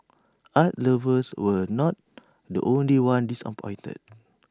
art lovers were not the only ones disappointed